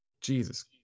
Jesus